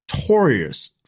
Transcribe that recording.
notorious